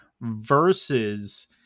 versus